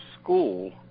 school